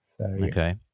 Okay